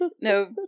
no